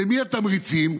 למי התמריצים?